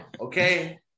okay